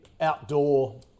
outdoor